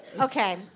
Okay